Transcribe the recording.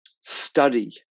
study